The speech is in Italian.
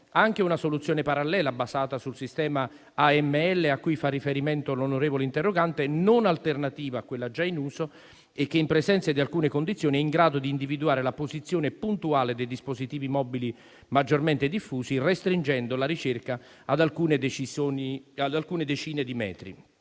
anche una soluzione parallela basata sul sistema AML a cui fa riferimento l'onorevole interrogante, non alternativa a quella già in uso, e che in presenza di alcune condizioni è in grado di individuare la posizione puntuale dei dispositivi mobili maggiormente diffusi restringendo la ricerca ad alcune decine di metri.